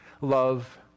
Love